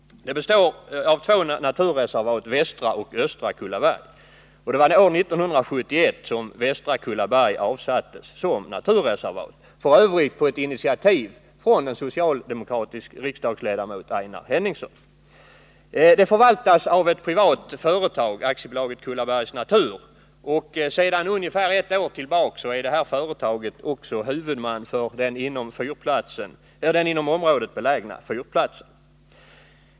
Det består av två naturreservat, västra och östra Kullaberg. Västra Kullaberg avsattes år 1971 som naturreservat, f.ö. på initiativ av en socialdemokratisk riksdagsledamot, Einar Henningsson, och förvaltas av ett privat företag, AB Kullabergs Natur. Sedan ungefär ett år är detta företag också huvudman för den inom området belägna fyrplatsen.